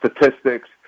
statistics